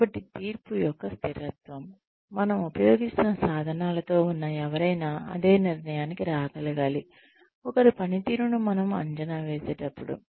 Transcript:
కాబట్టి తీర్పు యొక్క స్థిరత్వం మనం ఉపయోగిస్తున్న సాధనాలతో ఉన్న ఎవరైనా అదే నిర్ణయానికి రాగలగాలి ఒకరి పనితీరును మనం అంచనా వేసేటప్పుడు